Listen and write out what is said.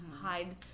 hide